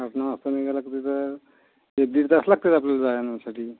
आठ नऊ वाजता निघालं कुठे तर एक दीड लागते आपल्याला जान्यासाठी